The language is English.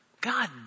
God